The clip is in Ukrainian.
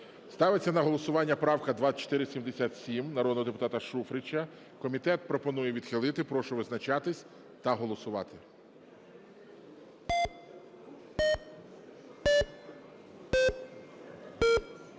Ставиться на голосування правку 2477 народного депутата Шуфрича. Комітет пропонує відхилити. Прошу визначатись та голосувати.